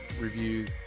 reviews